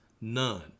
none